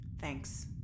Thanks